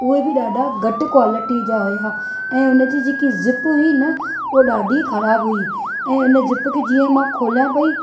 उहे बि डा॒ढा घटि क्वालिटीअ जा हुया ऐं उन जी जेकी ज़िप हुई न उहा डा॒ढी ख़राब हुई ऐं उन ज़िप खे जीअं मां खोलिया पई